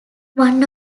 one